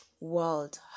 world